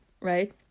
right